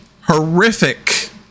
horrific